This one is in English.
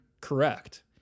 correct